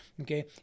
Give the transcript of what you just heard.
Okay